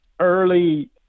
early